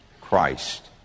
Christ